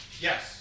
Yes